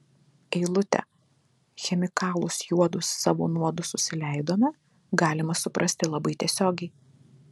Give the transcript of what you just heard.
eilutę chemikalus juodus savo nuodus susileidome galima suprasti labai tiesiogiai